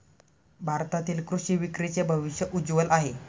भारतातील कृषी विक्रीचे भविष्य उज्ज्वल आहे